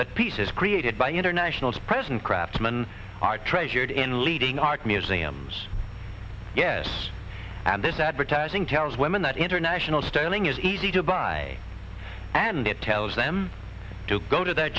that pieces created by internationals present craftsman are treasured in leading art museums yes and this advertising tells women that international sterling is easy to buy and it tells them to go to th